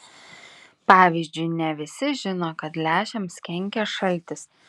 pavyzdžiui ne visi žino kad lęšiams kenkia šaltis